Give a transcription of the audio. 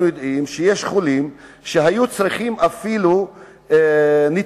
אנחנו יודעים שיש חולים שהיו צריכים אפילו ניתוחים,